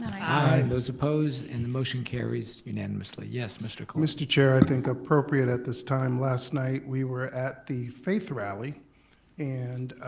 aye. those opposed, and the motion carries unanimously. yes, mr. cologne. mr. chair, i think appropriate at this time, last night we were at the faith rally and